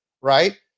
right